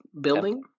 building